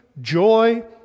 joy